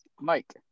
mike